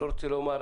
לא רוצה לומר,